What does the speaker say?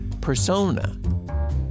persona